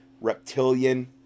reptilian